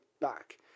back